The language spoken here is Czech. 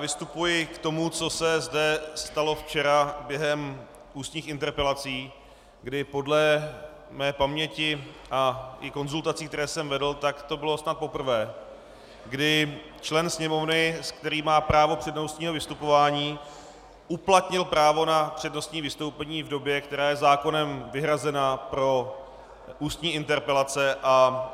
Vystupuji k tomu, co se zde stalo včera během ústních interpelací, kdy podle mé paměti i konzultací, které jsem vedl, to bylo snad poprvé, kdy člen Sněmovny, který má právo přednostního vystupování, uplatnil právo na přednostní vystoupení v době, která je zákonem vyhrazena pro ústní interpelace, a